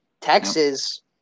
Texas